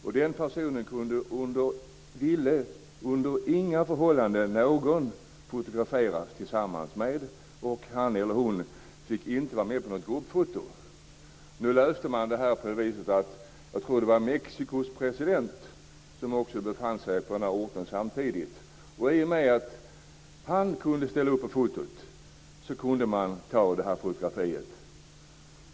Inte någon vill under några förhållanden fotograferas tillsammans med denna person, och han eller hon fick inte vara med på något gruppfoto. Nu löste man problemet genom att Mexikos president, tror jag att det var, befann sig på orten samtidigt. I och med att han kunde ställa upp på fotot kunde man ta fotografiet.